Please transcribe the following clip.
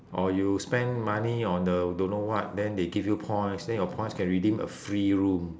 or you spend money on the don't know what then they give you points then your points can redeem a free room